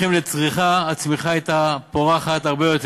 אלא איך יהיה הפרסום.